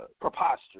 preposterous